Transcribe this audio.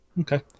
okay